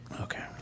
Okay